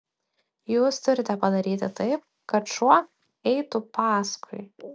jūs turite padaryti taip kad šuo eitų paskui